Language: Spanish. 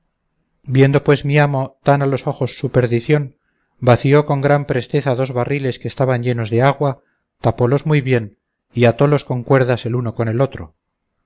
viendo pues mi amo tan a los ojos su perdición vació con gran presteza dos barriles que estaban llenos de agua tapólos muy bien y atólos con cuerdas el uno con el otro